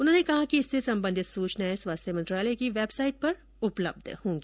उन्होंने कहा कि इससे सम्बन्धित सूचनाए स्वास्थ्य मंत्रालय की वेबसाइट पर उपलब्ध होगी